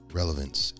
relevance